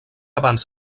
abans